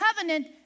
covenant